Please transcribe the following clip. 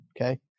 okay